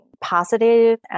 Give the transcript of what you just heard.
positive